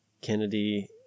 Kennedy